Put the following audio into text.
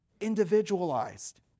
individualized